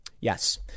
Yes